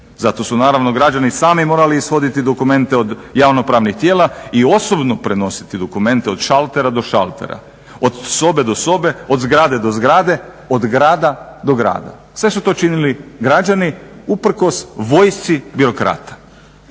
Zato su naravno građani sami morali ishoditi dokumente od javnopravnih tijela i osobno prenositi dokumente od šaltera do šaltera, od sobe do sobe, od zgrade do zgrade, od grada do grada. Sve su to činili građani uprkos vojsci birokrata.